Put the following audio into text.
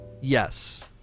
Yes